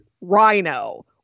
rhino